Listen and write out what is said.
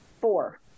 Four